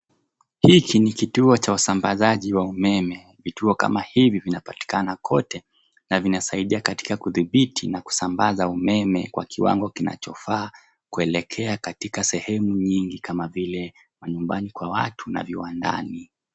Hiki ni kituo cha usambazaji wa umeme. Vituo kama hivi vinapatikana kote na vinasaidia katika kudhibiti na kusambaza umeme kwa kiwango kinachofaa kuelekea katika sehemu nyingi kama vile manyumbani kwa watu na viwandani.